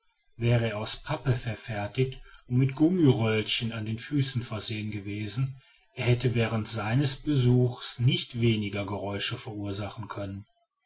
wäre er aus pappe verfertigt und mit gummiröllchen an den füßen versehen gewesen er hätte während seines besuchs nicht weniger geräusch verursachen können